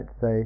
say